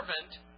servant